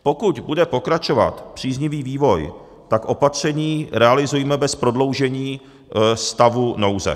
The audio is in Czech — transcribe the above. Pokud bude pokračovat příznivý vývoj, tak opatření realizujme bez prodloužení stavu nouze.